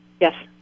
Yes